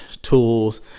Tools